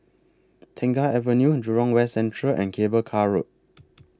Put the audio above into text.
Tengah Avenue Jurong West Central and Cable Car Road